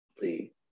Lee